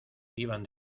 iban